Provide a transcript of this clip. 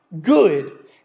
good